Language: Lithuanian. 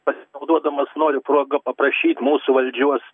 pasinaudodamas noriu proga paprašyti mūsų valdžios